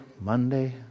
Monday